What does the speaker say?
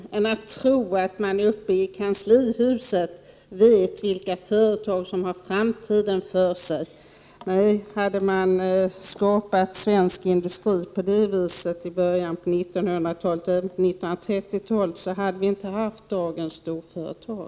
Uppe i kanslihuset kan man inte på samma sätt veta vilka företag som har framtiden för sig. Nej, hade man skapat svensk industri på det viset i början av 1900-talet och på 1930-talet, hade vi inte haft dagens storföretag.